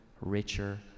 richer